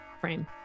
frame